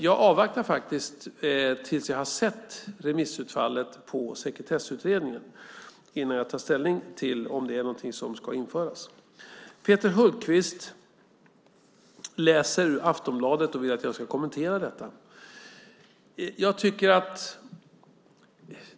Jag avvaktar faktiskt tills jag har sett remissutfallet på Sekretessutredningen innan jag tar ställning till om det är något som ska införas. Peter Hultqvist läser ur Aftonbladet och vill att jag ska kommentera det.